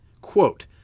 quote